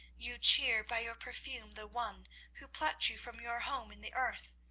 you cheer by your perfume the one who plucked you from your home in the earth.